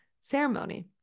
ceremony